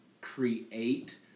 create